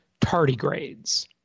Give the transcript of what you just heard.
tardigrades